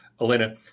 Elena